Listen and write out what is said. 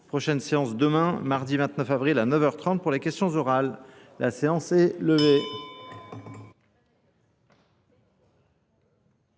Prochaine séance demain, mardi 29 avril à 9h30 pour les questions orales. La séance est levée.